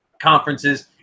conferences